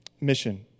mission